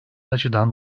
açıdan